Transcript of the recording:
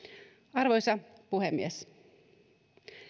arvoisa puhemies